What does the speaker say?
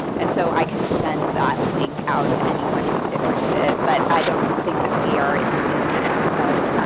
and so i can send that link out to anyone who is interested, but i don't think that we are in the business of